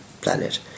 planet